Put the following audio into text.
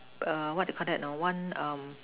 err what you Call that lor one err